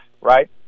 right